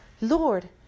Lord